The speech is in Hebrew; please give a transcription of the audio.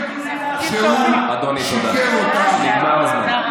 גורמים להסתה.